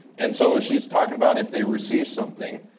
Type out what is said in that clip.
and so she's talking about if they receive something,